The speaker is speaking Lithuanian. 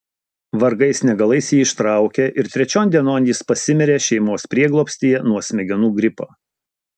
vargais negalais jį ištraukė ir trečion dienon jis pasimirė šeimos prieglobstyje nuo smegenų gripo